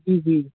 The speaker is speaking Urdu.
جی جی